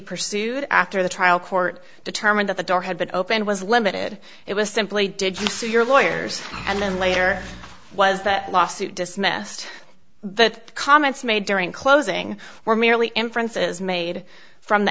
pursued after the trial court determined that the door had been opened was limited it was simply did you see your lawyers and then later was that lawsuit dismissed the comments made during closing were merely inferences made from the